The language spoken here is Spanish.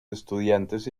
estudiantes